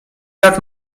jak